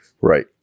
Right